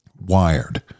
wired